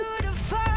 beautiful